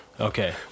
Okay